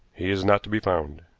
he is not to be found.